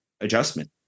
adjustment